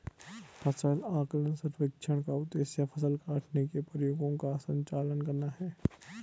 फसल आकलन सर्वेक्षण का उद्देश्य फसल काटने के प्रयोगों का संचालन करना है